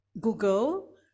Google